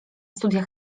studia